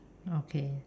okay